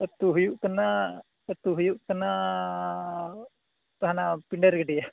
ᱟᱛᱳ ᱦᱩᱭᱩᱜ ᱠᱟᱱᱟ ᱟᱛᱳ ᱦᱩᱭᱩᱜ ᱠᱟᱱᱟ ᱦᱟᱱᱟ ᱯᱤᱸᱰᱟᱹᱨᱤ ᱜᱟᱹᱰᱤᱭᱟᱹ